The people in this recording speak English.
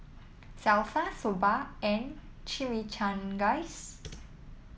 Salsa Soba and Chimichangas